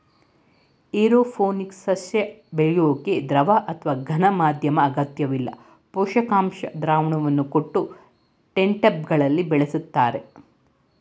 aeroponics ಸಸ್ಯ ಬೆಳ್ಯೋಕೆ ದ್ರವ ಅಥವಾ ಘನ ಮಾಧ್ಯಮ ಅಗತ್ಯವಿಲ್ಲ ಪೋಷಕಾಂಶ ದ್ರಾವಣವನ್ನು ಕೊಟ್ಟು ಟೆಂಟ್ಬೆಗಳಲ್ಲಿ ಬೆಳಿಸ್ತರೆ